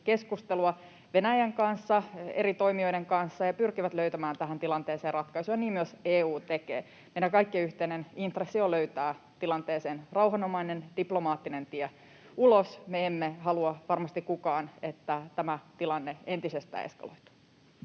keskustelua Venäjän kanssa ja eri toimijoiden kanssa ja pyrkivät löytämään tähän tilanteeseen ratkaisuja, ja niin myös EU tekee. Meidän kaikkien yhteinen intressi on löytää tilanteesta rauhanomainen, diplomaattinen tie ulos. Me emme halua varmasti kukaan, että tämä tilanne entisestään eskaloituu.